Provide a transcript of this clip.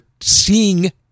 seeing